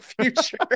future